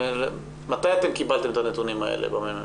מתי אתם קיבלתם את הנתונים האלה בממ"מ?